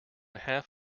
half